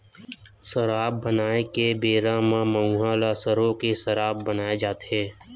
सराब बनाए के बेरा म मउहा ल सरो के सराब बनाए जाथे